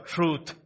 Truth